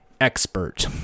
expert